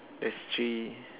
there's a tree